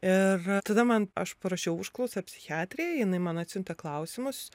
ir tada man aš parašiau užklausą psichiatrei jinai man atsiuntė klausimus